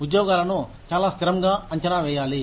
ఉద్యోగాలను చాలా స్థిరంగా అంచనా వేయాలి